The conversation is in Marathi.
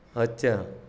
अच्छा